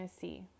see